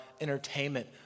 entertainment